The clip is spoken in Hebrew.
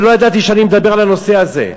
לא ידעתי שאדבר על הנושא הזה,